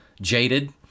jaded